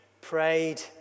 prayed